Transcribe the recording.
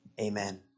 Amen